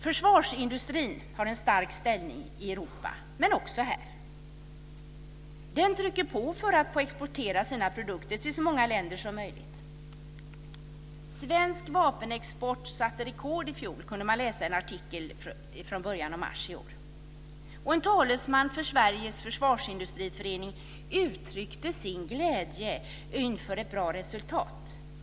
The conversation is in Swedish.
Försvarsindustrin har en stark ställning i Europa - också här. Den trycker på för att få exportera sina produkter till så många länder som möjligt. Svensk vapenexport satte rekord i fjol, kunde man läsa i en artikel från början av mars i år. En talesman för Sveriges Försvarsindustriförening uttryckte sin glädje över ett bra resultat.